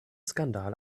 skandal